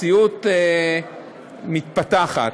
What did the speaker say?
שהמציאות מתפתחת.